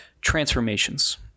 transformations